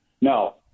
No